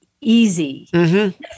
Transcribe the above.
easy